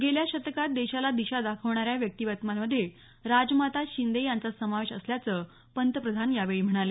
गेल्या शतकात देशाला दिशा दाखवणाऱ्या व्यक्तिमत्त्वांमध्ये राजमाता शिंदे यांचा समावेश असल्याचं पंतप्रधान यावेळी म्हणाले